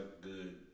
good